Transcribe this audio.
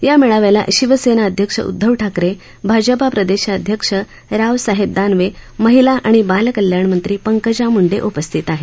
या मेळाव्याला शिवसेना अध्यक्ष उद्धव ठाकरे भाजपा प्रदेशाध्यक्ष रावसाहेब दानवे महिला आणि बालकल्याण मंत्री पंकजा मुंडे या उपस्थित आहेत